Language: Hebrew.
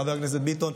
חבר הכנסת ביטון,